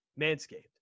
Manscaped